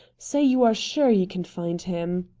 say you are sure you can find him.